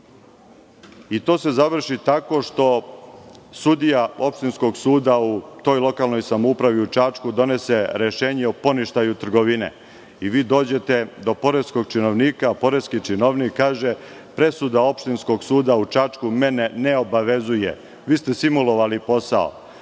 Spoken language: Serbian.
To se završi tako što sudija opštinskog suda u toj lokalnoj samoupravi, u Čačku donese rešenje o poništaju trgovine i vi dođete do poreskog činovnika, a poreski činovnik kaže – presuda opštinskog suda u Čačku mene ne obavezuje, vi ste simulovali posao,